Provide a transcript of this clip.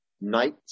night